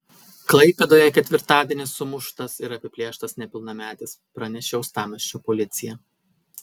klaipėdoje ketvirtadienį sumuštas ir apiplėštas nepilnametis pranešė uostamiesčio policija